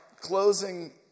closing